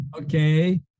Okay